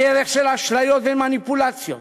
בדרך של אשליות ומניפולציות